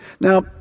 Now